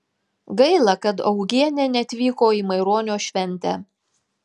gaila kad augienė neatvyko į maironio šventę